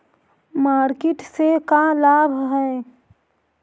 Market से का लाभ है?